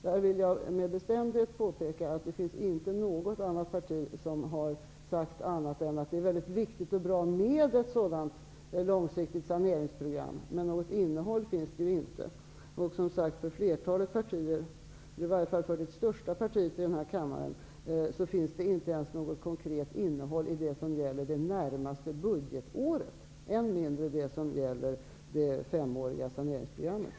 Jag vill med bestämdhet påpeka att det inte finns något annat parti som har sagt annat än att det är mycket viktigt och bra med ett sådant långsiktigt saneringsprogram. Men något innehåll finns det inte. För flertalet partier, i varje fall för det största partiet i kammaren finns det inte ens något konkret innehåll i det som gäller det närmaste budgetåret, än mindre det som gäller det femåriga saneringsprogrammet.